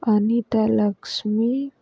Anitalakshmi